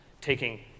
taking